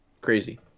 Crazy